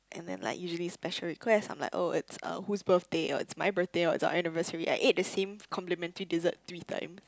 and then like usually special request I'm like oh it's uh who's birthday oh it's my birthday or it's our anniversary I ate the same complimentary dessert three times